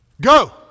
Go